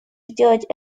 сделать